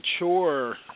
mature